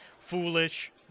foolish